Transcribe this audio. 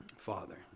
Father